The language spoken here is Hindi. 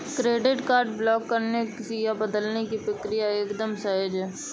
क्रेडिट कार्ड ब्लॉक करने या बदलने की प्रक्रिया एकदम सहज है